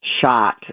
shot